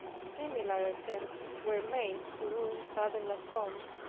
similar attempts were made to ruin father la combe.